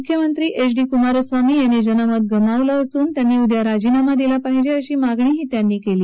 मुख्यमंत्री H D Kumaraswamy यांनी जनमत गमावलं आहे आणि त्यांनी उद्या राजीनामा दिला पाहिजे अशी मागणी त्यांनी केली